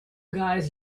guys